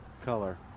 color